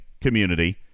community